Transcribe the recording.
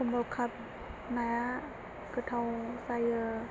खमलखात नाया गोथाव जायो